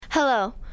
Hello